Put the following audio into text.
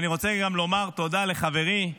אני רוצה גם לומר תודה לחברי,